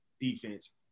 defense